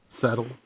settle